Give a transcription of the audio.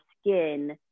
skin